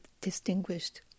distinguished